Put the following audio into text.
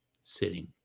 sitting